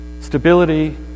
stability